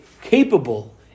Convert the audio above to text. capable